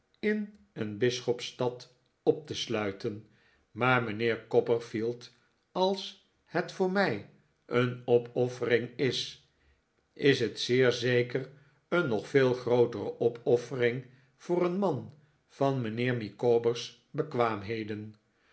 in een bisschopsstad op te sluiten maar mijnheer copperfield als het voor mij een opoffering is is het zeer zeker een nog veel grootere opoffering voor een man van mijnheer micawber s bekwaamheden